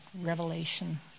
revelation